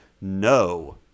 no